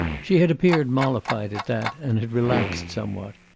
she had appeared mollified at that and had relaxed somewhat.